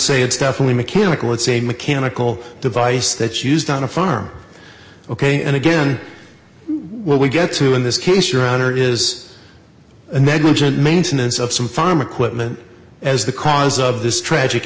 say it's definitely mechanical it's a mechanical device that's used on a farm ok and again we get to in this case your honor is a negligent maintenance of some farm equipment as the cause of this tragic